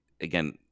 again